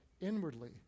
inwardly